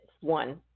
One